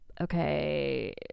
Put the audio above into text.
okay